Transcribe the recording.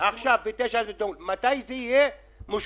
היום בשעה 9. מתי הכספים האלה יהיו משוחררים?